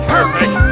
Perfect